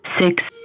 six